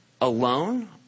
alone